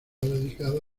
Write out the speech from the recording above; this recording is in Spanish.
dedicada